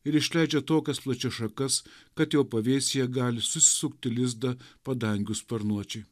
ir išleidžia tokias plačias šakas kad jo pavėsyje gali susisukti lizdą padangių sparnuočiai